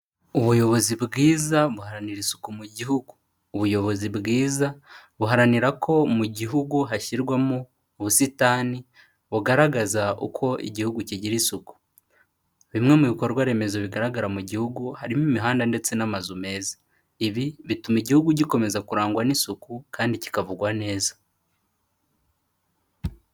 Ubuyobozi bwiza buharanira isuku mu gihugu, ubuyobozi bwiza buharanira ko mu gihugu hashyirwamo ubusitani bugaragaza uko igihugu kigira isuku. Bimwe mu bikorwa remezo bigaragara mu gihugu harimo imihanda ndetse n'amazu meza ibi bituma igihugu gikomeza kurangwa n'isuku kandi kikavugwa neza.